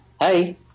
Hey